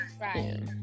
Right